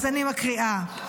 אני מקריאה.